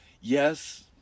yes